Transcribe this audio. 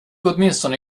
åtminstone